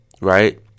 Right